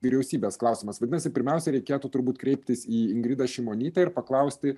vyriausybės klausimas vadinasi pirmiausia reikėtų turbūt kreiptis į ingridą šimonytę ir paklausti